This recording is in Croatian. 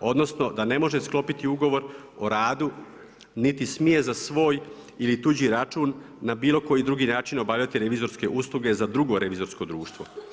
odnosno da ne može sklopiti ugovor o radu niti smije za svoj ili tuđi račun na bilo koji drugi način obavljati revizorske usluge za drugo revizorsko društvo.